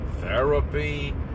therapy